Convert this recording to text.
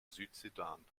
südsudan